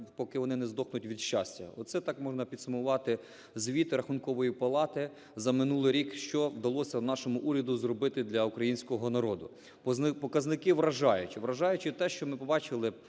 поки вони не здохнуть від щастя. Оце так можна підсумувати звіт Рахункової палати за минулий рік, що вдалося нашому уряду зробити для українського народу. Показники вражаючі. Вражаюче те, що ми побачили